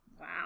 Wow